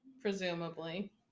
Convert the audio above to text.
presumably